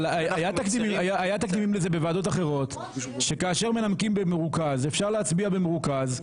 היו לזה תקדימים בוועדות אחרות שכאשר מנמקים במרוכז אפשר להצביע במרוכז.